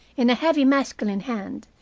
in a heavy masculine hand,